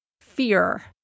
fear